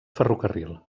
ferrocarril